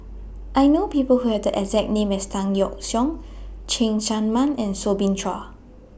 I know People Who Have The exact name as Tan Yeok Seong Cheng Tsang Man and Soo Bin Chua